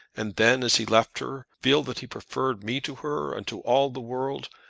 and then as he left her feel that he preferred me to her, and to all the world,